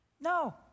No